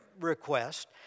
request